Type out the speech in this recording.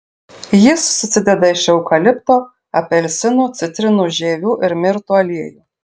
jis susideda iš eukalipto apelsinų citrinų žievių ir mirtų aliejų